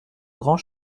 grand